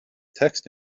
text